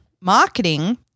marketing